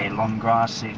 and long grass,